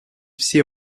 все